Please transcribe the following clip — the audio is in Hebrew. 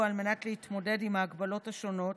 על מנת להתמודד עם ההגבלות השונות,